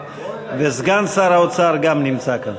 וסגן שר האוצר גם נמצא כאן.